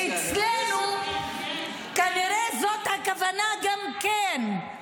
ואצלנו כנראה זאת הכוונה גם כן.